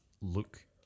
look